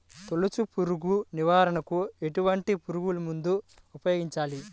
తొలుచు పురుగు నివారణకు ఎటువంటి పురుగుమందులు ఉపయోగించాలి?